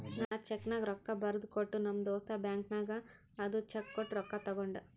ನಾ ಚೆಕ್ನಾಗ್ ರೊಕ್ಕಾ ಬರ್ದು ಕೊಟ್ಟ ನಮ್ ದೋಸ್ತ ಬ್ಯಾಂಕ್ ನಾಗ್ ಅದು ಚೆಕ್ ಕೊಟ್ಟು ರೊಕ್ಕಾ ತಗೊಂಡ್